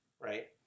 right